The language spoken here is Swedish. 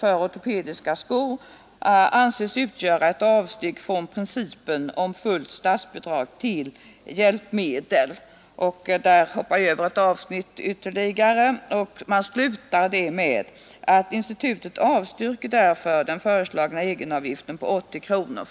för ortopediska skor anses utgöra ett avsteg från principen om fullt statsbidrag till hjälpmedel. ——— Institutet avstyrker därför den föreslagna egenavgiften på 80 kr.